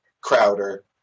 Crowder